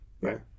Right